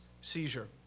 seizure